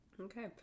Okay